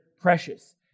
precious